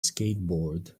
skateboard